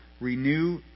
renew